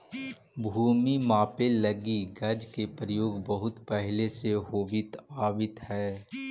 भूमि मापे लगी गज के प्रयोग बहुत पहिले से होवित आवित हइ